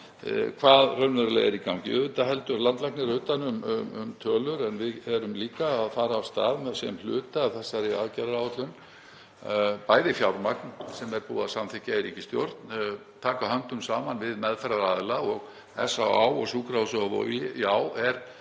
hvað raunverulega er í gangi. Auðvitað heldur landlæknir utan um tölur en við erum líka að fara af stað með, sem hluta af þessari aðgerðaáætlun, bæði fjármagn sem er búið að samþykkja í ríkisstjórn og að taka höndum saman við meðferðaraðila og SÁÁ. Sjúkrahúsið á Vogi er